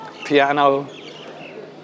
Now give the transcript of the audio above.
Piano